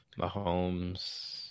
Mahomes